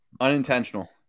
Unintentional